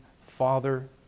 father